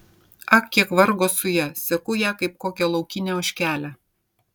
ak kiek vargo su ja seku ją kaip kokią laukinę ožkelę